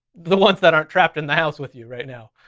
the ones that aren't trapped in the house with you right now.